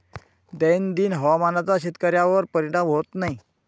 दैनंदिन हवामानाचा शेतकऱ्यांवर परिणाम होत आहे